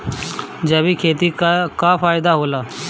जैविक खेती क का फायदा होला?